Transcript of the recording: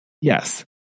Yes